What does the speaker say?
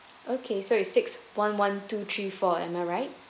okay so it's six one one two three four am I right